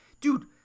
Dude